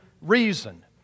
reason